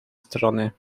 strony